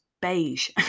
Beige